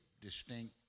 distinct